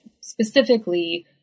specifically